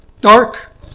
dark